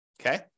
Okay